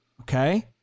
Okay